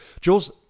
Jules